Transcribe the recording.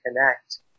connect